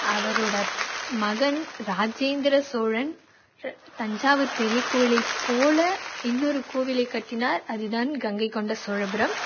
அவரோட மகன் ராஜேந்திர சோழன் தஞ்சாவூர் பெரிய கோயிலை போல் இன்னொரு கோவிலை கட்டினார் அது தான் கங்கை கொண்ட சோழபுரம்